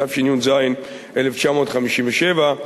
התשי"ז 1957,